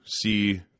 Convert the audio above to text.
see